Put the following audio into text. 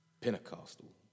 Pentecostal